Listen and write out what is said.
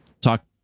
talk